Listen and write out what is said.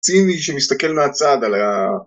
ציני שמסתכל מהצד על ה...